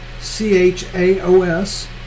C-H-A-O-S